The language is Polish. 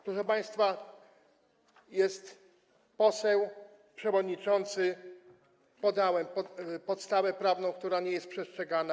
Proszę państwa - jest poseł przewodniczący - podałem podstawę prawną, która nie jest przestrzegana.